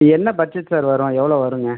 என்ன budget sir வரும் எவ்வளோ வருங்க